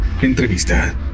Entrevista